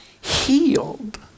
healed